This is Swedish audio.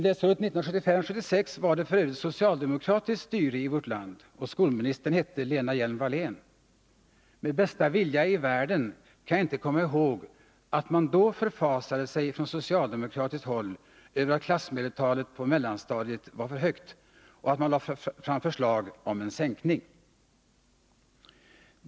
Under läsåret 1975/76 var det f. ö. socialdemokratiskt styre i vårt land, och skolministern hette då Lena Hjelm-Wallén. Med bästa vilja i världen kan jag inte komma ihåg att man då på socialdemokratiskt håll förfasade sig över att klassmedeltalet på mellanstadiet var för högt eller att man lade fram förslag om en sänkning.